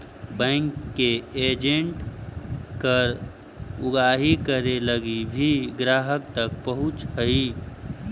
bank के agent कर उगाही करे लगी भी ग्राहक तक पहुंचऽ हइ